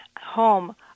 home